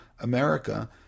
America